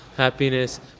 happiness